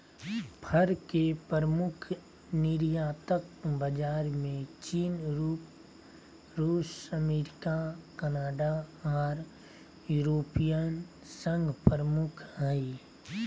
फर के प्रमुख निर्यातक बाजार में चीन, रूस, अमेरिका, कनाडा आर यूरोपियन संघ प्रमुख हई